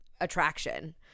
attraction